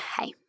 hey